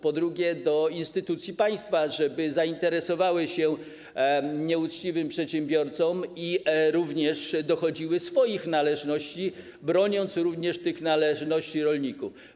Po drugie, apeluję do instytucji państwa, żeby zainteresowały się nieuczciwym przedsiębiorcą i również dochodziły swoich należności, broniąc także tych należności rolników.